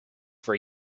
for